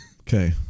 Okay